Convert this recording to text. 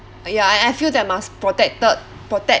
ya I I feel that must protected protect